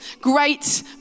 great